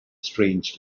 strange